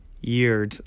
years